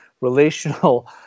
relational